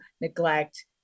neglect